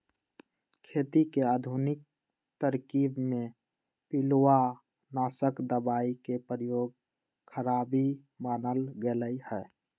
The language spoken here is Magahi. खेती के आधुनिक तरकिब में पिलुआनाशक दबाई के प्रयोग खराबी मानल गेलइ ह